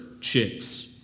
chicks